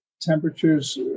temperatures